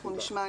אנחנו נשמע,